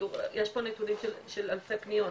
יש פה נתונים של אלפי פניות,